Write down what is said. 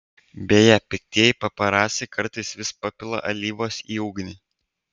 beje piktieji paparaciai kartais vis papila alyvos į ugnį